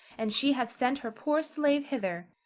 and she hath sent her poor slave hither,